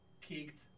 kicked